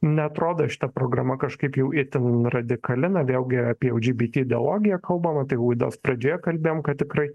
neatrodo šita programa kažkaip jau itin radikali na vėlgi apie lgbt ideologiją kalbama tai laidos pradžioje kalbėjom kad tikrai